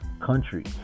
Country